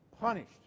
punished